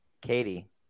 Katie